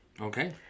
Okay